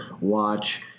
watch